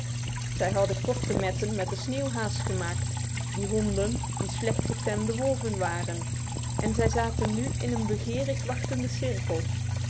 zij hadden korte metten met de sneeuwhaas gemaakt die honden die slecht getemde wolven waren en zij zaten nu in een begerig wachtende cirkel